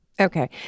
Okay